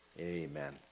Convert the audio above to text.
Amen